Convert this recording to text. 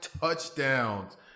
touchdowns